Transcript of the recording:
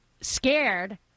scared